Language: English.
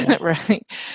right